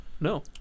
No